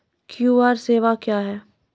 QR सेवा क्या हैं?